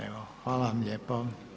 Evo hvala vam lijepo.